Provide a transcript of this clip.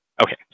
Okay